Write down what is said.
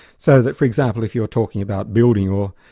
so that for example if you're talking about building or